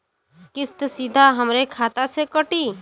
किस्त सीधा हमरे खाता से कटी?